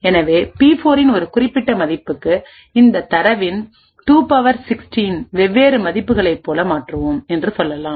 எனவே பி4 இன் ஒரு குறிப்பிட்ட மதிப்புக்கு இந்த தரவின் 2 16 வெவ்வேறு மதிப்புகளைப் போல மாற்றுவோம் என்று சொல்லலாம்